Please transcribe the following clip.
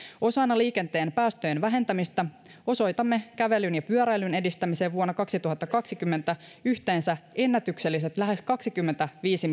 osana liikenteen päästöjen vähentämistä osoitamme kävelyn ja pyöräilyn edistämiseen vuonna kaksituhattakaksikymmentä yhteensä ennätykselliset lähes kaksikymmentäviisi